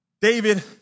David